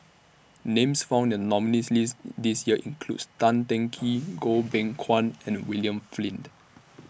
Names found in The nominees' list This Year includes Tan Teng Kee Goh Beng Kwan and William Flint